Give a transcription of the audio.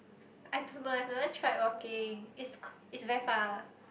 I don't know eh I've never tried walking it's it's very far